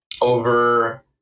over